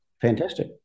Fantastic